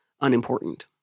unimportant